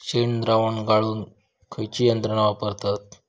शेणद्रावण गाळूक खयची यंत्रणा वापरतत?